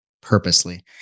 purposely